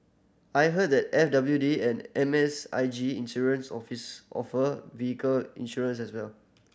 I heard that F W D and M S I G Insurance office offer vehicle insurance as well